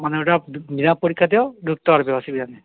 মানে ওটা বিনাপরীক্ষাতেও ঢুকতে পারবে অসুবিধা নেই